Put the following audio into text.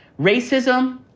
Racism